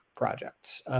projects